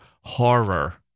horror